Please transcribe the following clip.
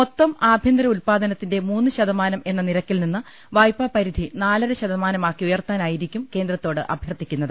മൊത്തം ആഭ്യന്തര ഉൽപ്പാദനത്തിന്റെ മൂന്ന് ശതമാനം എന്ന നിരക്കിൽ നിന്ന് വായ്പാ പരിധി നാലര ശതമാനമാക്കി ഉയർത്താനായിരിക്കും കേന്ദ്രത്തോട് അഭ്യർത്ഥിക്കുന്നത്